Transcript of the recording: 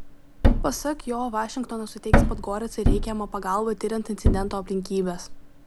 pasak jo vašingtonas suteiks podgoricai reikiamą pagalbą tiriant incidento aplinkybes